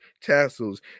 tassels